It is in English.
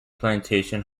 plantation